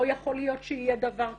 לא יכול להיות שיהיה דבר כזה.